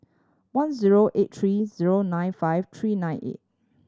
one zero eight three zero nine five three nine eight